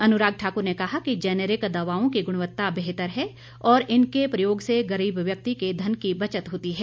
अनुराग ठाकुर ने कहा कि जेनरिक दवाओं की गुणवत्ता बेहतर है और इनके प्रयोग से गरीब व्यक्ति के धन की बचत होती है